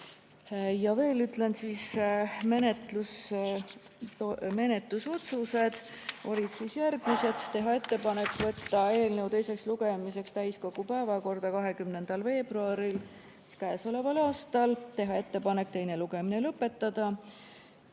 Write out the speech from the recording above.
Ja veel ütlen, et menetlusotsused olid järgmised: teha ettepanek võtta eelnõu teiseks lugemiseks täiskogu päevakorda 20. veebruaril käesoleval aastal, teha ettepanek teine lugemine lõpetada